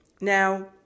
Now